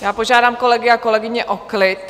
Já požádám kolegy a kolegyně o klid!